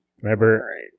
Remember